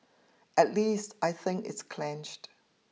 at least I think it's clenched